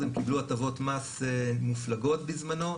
הם קיבלו הטבות מס מופלגות בזמנו.